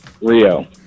Rio